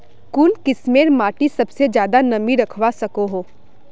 कुन किस्मेर माटी सबसे ज्यादा नमी रखवा सको हो?